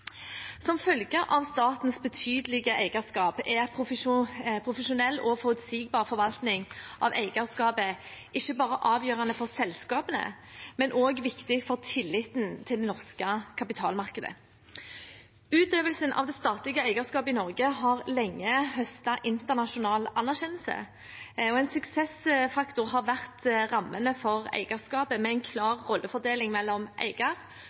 Som følge av statens betydelige eierskap er profesjonell og forutsigbar forvaltning av eierskapet ikke bare avgjørende for selskapene, men også viktig for tilliten til det norske kapitalmarkedet. Utøvelsen av det statlige eierskapet i Norge har lenge høstet internasjonal anerkjennelse. En suksessfaktor har vært rammene for eierskapet med en klar rollefordeling mellom